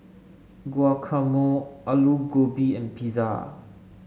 Guacamole Alu Gobi and Pizza